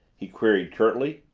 he queried curtly.